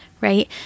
right